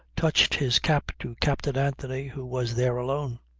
touched his cap to captain anthony, who was there alone.